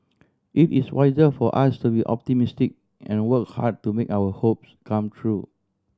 it is wiser for us to be optimistic and work hard to make our hopes come true